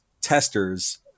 testers